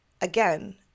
again